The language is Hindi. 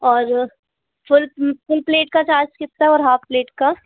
और फूल्ल फुल प्लेट का चार्ज कितना और हाफ प्लेट का